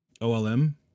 OLM